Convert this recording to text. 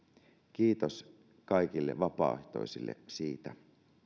kiitos kaikille vapaaehtoisille siitä